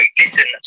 listen